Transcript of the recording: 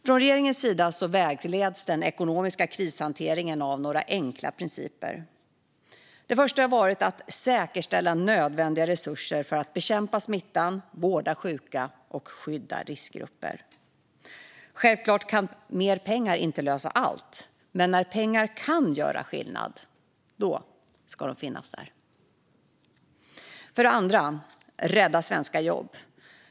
Från regeringens sida vägleds den ekonomiska krishanteringen av några enkla principer. Den första har varit att säkerställa nödvändiga resurser för att bekämpa smittan, vårda sjuka och skydda riskgrupper. Självklart kan mer pengar inte lösa allt, men när pengar kan göra skillnad ska de finnas där. Den andra principen har varit att rädda svenska jobb.